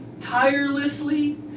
tirelessly